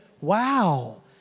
wow